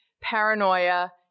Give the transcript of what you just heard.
paranoia